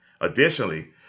Additionally